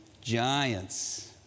giants